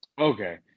Okay